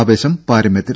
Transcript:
ആവേശം പാരമ്യത്തിൽ